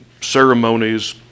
ceremonies